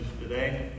today